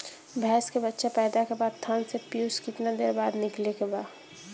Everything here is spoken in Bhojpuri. भैंस के बच्चा पैदा के बाद थन से पियूष कितना देर बाद निकले के बा?